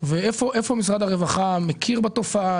איפה משרד הרווחה מכיר בתופעה,